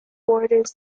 borders